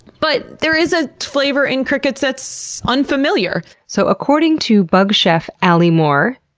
but there is a flavor in crickets that's, unfamiliar. so according to bug chef aly moore,